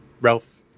Ralph